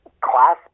class